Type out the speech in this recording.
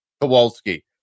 Kowalski